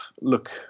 look